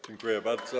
Dziękuję bardzo.